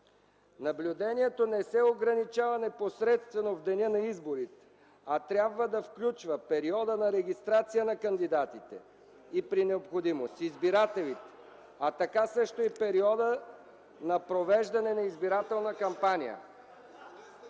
Наблюдението не се ограничава непосредствено в деня на изборите, а трябва да включва периода на регистрация на кандидатите, при необходимост и избирателите, а така също и периода на провеждане на избирателна кампания”.